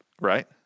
Right